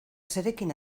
zerekin